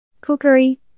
Cookery